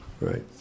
Right